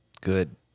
Good